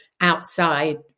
outside